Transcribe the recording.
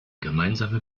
gemeinsame